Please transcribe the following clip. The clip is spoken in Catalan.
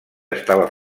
estava